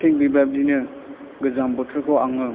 थिक बेबायदिनो गोजां बोथोरखौ आङो